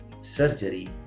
surgery